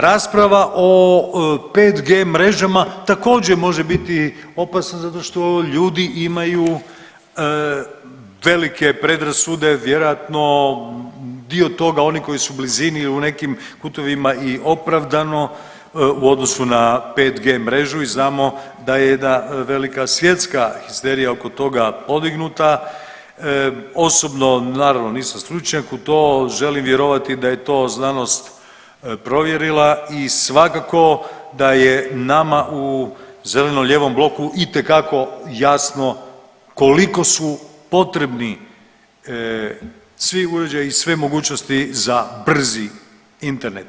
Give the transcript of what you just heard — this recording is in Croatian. Rasprava o 5G mrežama također može biti opasna zato što ljudi imaju velike predrasude vjerojatno dio toga oni koji su u blizini u nekim kutovima i opravdano u odnosu na 5G mrežu i znamo da jedna velika svjetska histerija oko toga podignuta, osobno naravno nisam stručnjak u to, želim vjerovati da je to znanost provjerila i svakako da je nama u zeleno-lijevom bloku itekako jasno koliko su potrebni svi uređaji i sve mogućnosti za brzi internet.